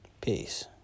Peace